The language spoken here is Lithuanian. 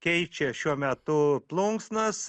keičia šiuo metu plunksnas